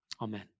Amen